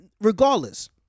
regardless